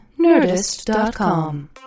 Nerdist.com